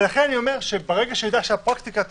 ולכן אני אומר שברגע שנדע שהפרקטיקה תשתנה,